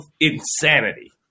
insanity